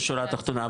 בשורה התחתונה,